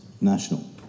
national